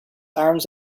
arms